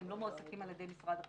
שהם לא מועסקים על ידי משרד החינוך,